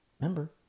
Remember